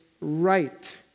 right